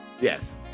Yes